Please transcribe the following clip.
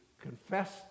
confess